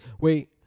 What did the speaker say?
Wait